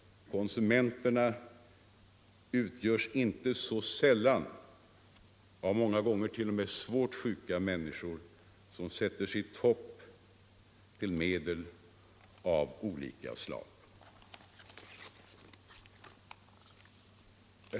Konsumenterna utgörs inte så sällan av svårt sjuka människor som sätter sitt hopp till medel av olika slag.